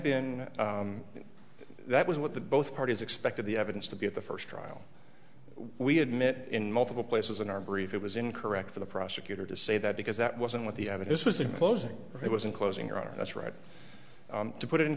been that was what the both parties expected the evidence to be at the first trial we had met in multiple places in our brief it was incorrect for the prosecutor to say that because that wasn't what the evidence was in closing it was in closing your honor that's right to put it in